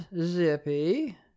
Zippy